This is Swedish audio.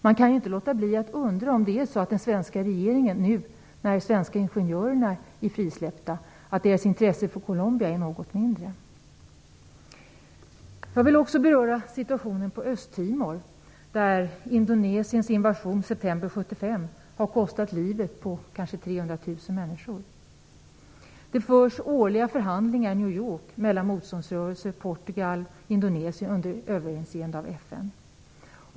Man kan inte låta bli att undra om det är så att den svenska regeringens intresse för Colombia är något mindre nu när de svenska ingenjörerna är frisläppta. Jag vill också beröra situationen på Östtimor. Indonesiens invasion i september 1975 har kostat kanske 300 000 människor livet. Det förs årliga förhandlingar i New York mellan motståndsrörelsen, Portugal och Indonesien under överinseende av FN.